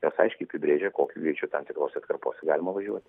jos aiškiai apibrėžia kokiu greičiu tam tikrose atkarpose galima važiuot